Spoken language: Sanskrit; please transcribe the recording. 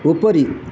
उपरि